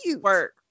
Work